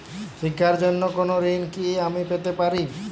শিক্ষার জন্য কোনো ঋণ কি আমি পেতে পারি?